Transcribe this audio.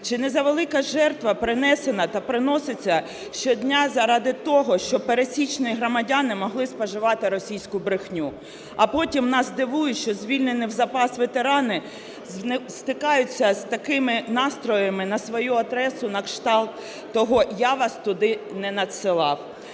Чи не завелика жертва принесена та приноситься щодня заради того, щоб пересічні громадяни могли споживати російську брехню. А потім нас дивує, що звільнені в запас ветерани стикаються з такими настроями на свою адресу на кшталт того "я вас туди не надсилав".